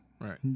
Right